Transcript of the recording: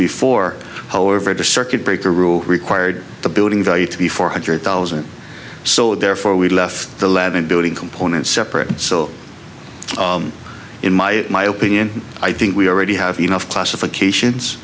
before however the circuit breaker rule required the building value to be four hundred thousand so therefore we left the lab and building components separate so in my my opinion i think we already have enough classifications